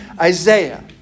Isaiah